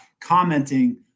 commenting